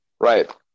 Right